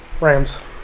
Rams